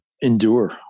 endure